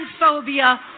transphobia